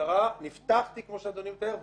במשטרה נפתח תיק כמו שאדוני מתאר,